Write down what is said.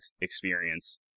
experience